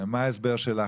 מה ההסבר שלך?